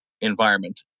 environment